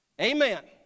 Amen